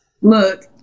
Look